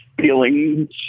feelings